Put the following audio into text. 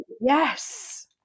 Yes